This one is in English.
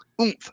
oomph